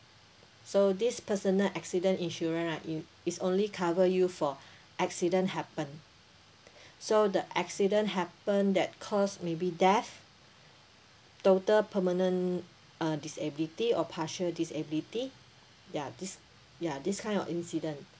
so this personal accident insurance right you it's only cover you for accident happen so the accident happen that caused maybe death total permanent uh disability or partial disability ya this ya this kind of incident